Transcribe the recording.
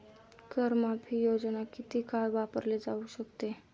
कर माफी योजना किती काळ वापरली जाऊ शकते?